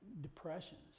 depressions